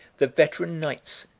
the veteran knights,